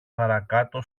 παρακάτω